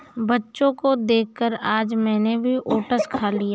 बच्चों को देखकर आज मैंने भी ओट्स खा लिया